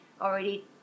already